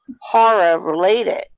horror-related